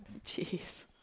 Jeez